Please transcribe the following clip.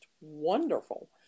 wonderful